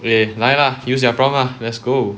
你来啦 use there their prompt uh let's go